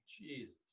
jesus